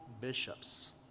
bishops